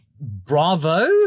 Bravo